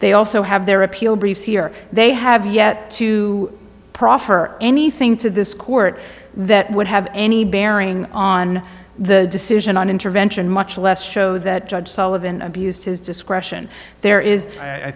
they also have their appeal briefs here they have yet to proffer anything to this court that would have any bearing on the decision on intervention much less show that judge sullivan abused his discretion there is i